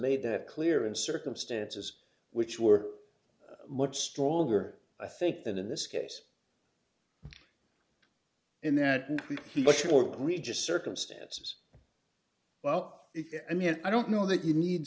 made that clear in circumstances which were d much stronger i think than in this case in that he much more would we just circumstances well i mean i don't know that you need